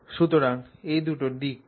সুতরাং এই দুটি দিক কি